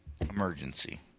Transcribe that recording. Emergency